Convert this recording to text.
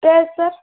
tiles sir